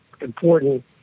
important